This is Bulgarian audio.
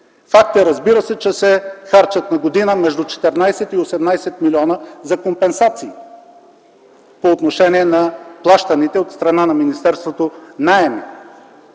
Факт е, че на година се харчат между 14 и 18 милиона за компенсации по отношение на плащаните от страна на министерството наеми!